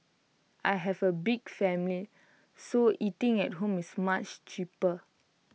I have A big family so eating at home is much cheaper